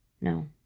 No